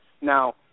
Now